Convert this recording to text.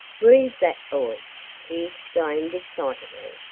read that, boys! he exclaimed, excitedly.